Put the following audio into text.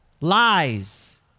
lies